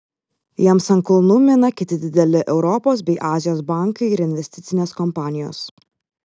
jiems ant kulnų mina kiti dideli europos bei azijos bankai ir investicinės kompanijos